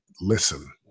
listen